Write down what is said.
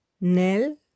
nel